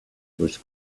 was